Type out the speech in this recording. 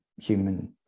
human